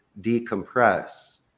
decompress